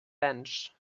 bench